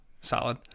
Solid